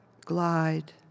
glide